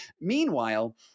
Meanwhile